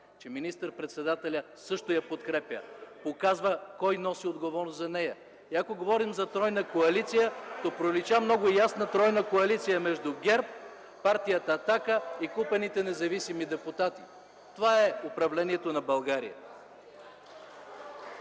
че министър-председателят също я подкрепя, показва кой носи отговорност за нея. (Шум и реплики в ГЕРБ.) И ако говорим за тройна коалиция, то пролича много ясно тройна коалиция между ГЕРБ, Партия „Атака” и купените независими депутати. Това е управлението на България.